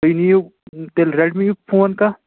تُہۍ نِیِو تیٚلہِ رٮ۪ڈمیٖیُک فون کانٛہہ